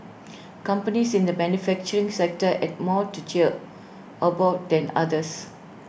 companies in the manufacturing sector had more to cheer about than others